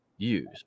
use